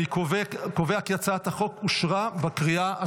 אני קובע כי הצעת החוק אושרה בקריאה השנייה.